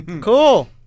Cool